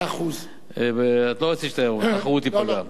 את לא רצית שהתחרות תיפגע.